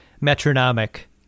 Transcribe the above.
metronomic